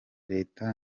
leta